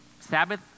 Sabbath